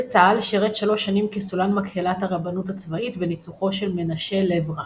בצה"ל שירת שלוש שנים כסולן מקהלת הרבנות הצבאית בניצוחו של מנשה לב-רן.